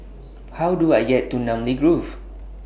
How Do I get to Namly Grove